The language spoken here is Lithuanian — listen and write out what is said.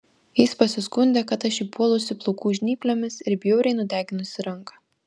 jis pasiskundė kad aš jį puolusi plaukų žnyplėmis ir bjauriai nudeginusi ranką